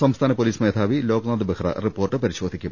സംസ്ഥാന പൊലീസ് മേധാവി ലോക്നാഥ് ബെഹ്റ റിപ്പോർട്ട് പരിശോധിക്കും